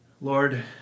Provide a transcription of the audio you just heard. Lord